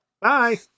bye